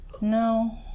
No